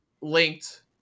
linked